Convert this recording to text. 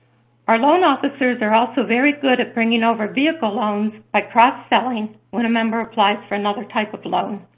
our loan officers are also very good at bringing over vehicle loans by cross-selling when a member applies for another type of loan.